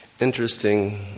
interesting